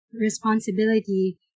responsibility